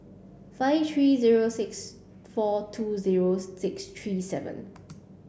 five three zero six four two zero six three seven